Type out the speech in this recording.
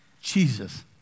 Jesus